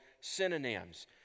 synonyms